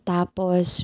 Tapos